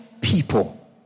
people